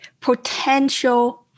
potential